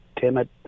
timid